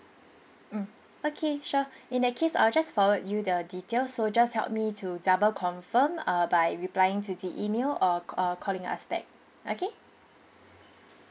mm okay sure in that case I'll just forward you the detail so just help me to double confirm uh by replying to the email or calling us back okay